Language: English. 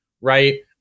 right